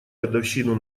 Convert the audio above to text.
годовщину